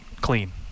clean